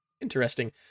interesting